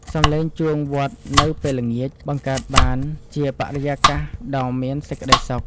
សំឡេងជួងវត្តនៅពេលល្ងាច បង្កើតបានជាបរិយាកាសដ៏មានសេចក្តីសុខ។